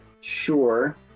Sure